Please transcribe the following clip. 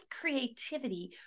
creativity